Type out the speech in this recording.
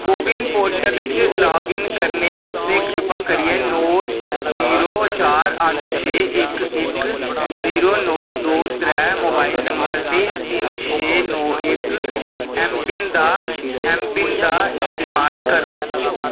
को win portal च log in करने आस्तै कृपा करियै नौ जीरो चार अट्ठ छे इक इक जीरो नौ दो त्रैऽ मोबाइल नंबर ते तिन छे नौ इक ऐम्मपिन दा ऐम्मपिन दा इस्तेमाल करो